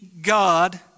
God